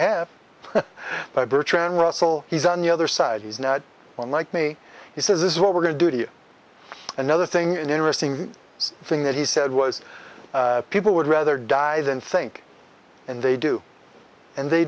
bertrand russell he's on the other side he's now on like me he says this is what we're going to do to you another thing an interesting thing that he said was people would rather die than think and they do and they